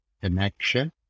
connection